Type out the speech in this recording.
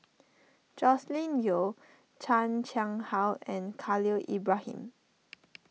Joscelin Yeo Chan Chang How and Khalil Ibrahim